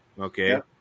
Okay